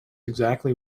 exactly